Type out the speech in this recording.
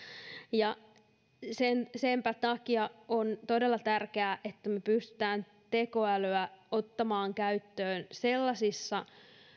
ja senpä takia on todella tärkeää että me pystymme tekoälyä ottamaan käyttöön sellaisissa